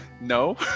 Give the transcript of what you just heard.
no